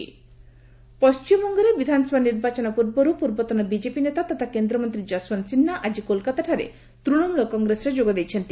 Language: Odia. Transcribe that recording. ଯଶଓନ୍ତ ସିହା ପଶ୍ଚିମବଙ୍ଗରେ ବିଧାନସଭା ନିର୍ବାଚନ ପୂର୍ବରୁ ପୂର୍ବତନ ବିଜେପି ନେତା ତଥା କେନ୍ଦ୍ରମନ୍ତ୍ରୀ ଯଶଓ୍ୱନ୍ତ ସିହ୍ନା ଆଜି କୋଲକାତାଠାରେ ତୃଣମୂଳ କଂଗ୍ରେସରେ ଯୋଗ ଦେଇଛନ୍ତି